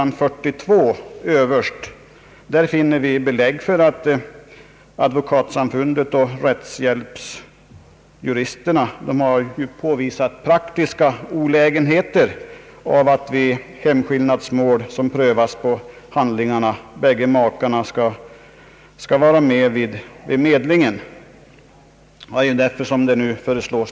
42 överst, finner vi belägg för att Advokatsamfundet och rättshjälpsjuristerna har påvisat praktiska olägenheter av att vid hemskillnadsmål som prövas på handlingarna båda makarna skall vara med vid medlingen.